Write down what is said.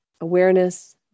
awareness